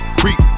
creep